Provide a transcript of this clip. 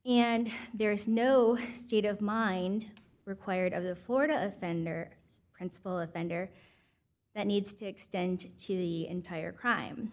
and there is no state of mind required of the florida offender principal offender that needs to extend to the entire crime